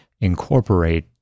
incorporate